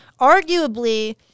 arguably